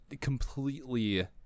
completely